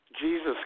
Jesus